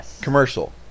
commercial